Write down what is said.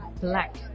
black